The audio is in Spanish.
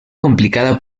complicada